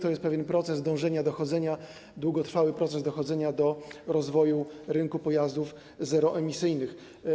To jest pewien proces dążenia, długotrwały proces dochodzenia do rozwoju rynku pojazdów zeroemisyjnych.